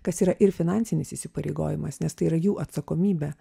kas yra ir finansinis įsipareigojimas nes tai yra jų atsakomybė